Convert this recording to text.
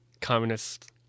Communist